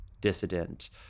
dissident